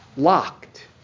Locked